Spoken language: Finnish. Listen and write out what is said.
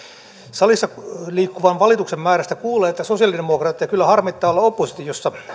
salissa liikkuvan valituksen määrästä kuulee että sosialidemokraatteja kyllä harmittaa olla oppositiossa